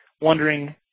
wondering